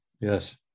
Yes